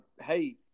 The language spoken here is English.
hey